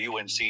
UNC